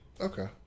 Okay